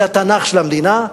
זה התנ"ך של המדינה,